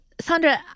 Sandra